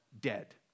dead